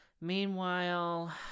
Meanwhile